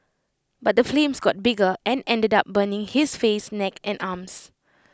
but the flames got bigger and ended up burning his face neck and arms